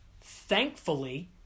Thankfully